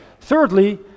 thirdly